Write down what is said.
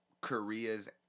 Korea's